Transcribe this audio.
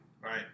Right